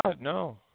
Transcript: no